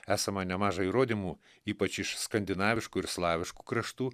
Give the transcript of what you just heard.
esama nemaža įrodymų ypač iš skandinaviškų ir slaviškų kraštų